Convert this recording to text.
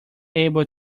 able